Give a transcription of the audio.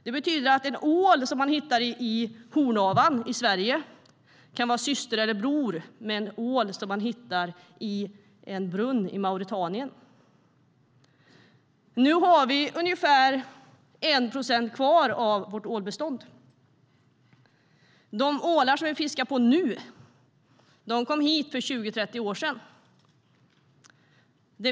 Det betyder att en ål som hittas i Hornavan i Sverige kan vara syster eller bror till en ål som hittas i en brunn i Mauretanien. Nu har vi ungefär 1 procent kvar av vårt ålbestånd. De ålar vi fiskar kom hit för 20-30 år sedan.